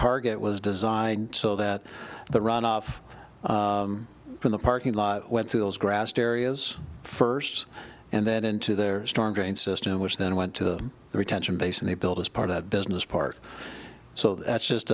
target was designed so that the runoff from the parking lot went to those grassed areas first and then into their storm drain system which then went to the retention base and they built as part of that business park so that's just